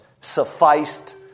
sufficed